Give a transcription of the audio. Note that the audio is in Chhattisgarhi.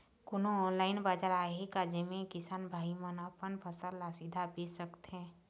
कोन्हो ऑनलाइन बाजार आहे का जेमे किसान भाई मन अपन फसल ला सीधा बेच सकथें?